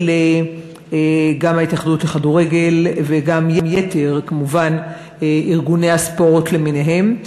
גם של ההתאחדות לכדורגל וגם כמובן של יתר ארגוני הספורט למיניהם.